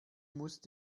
musst